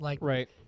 Right